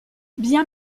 bien